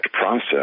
process